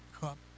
cup